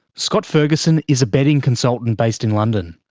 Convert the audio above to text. scott ferguson is a betting consultant based in london.